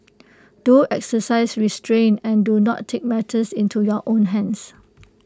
do exercise restraint and do not take matters into your own hands